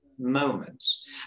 moments